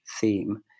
theme